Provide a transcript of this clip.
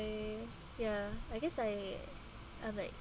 ya I guess I I'm like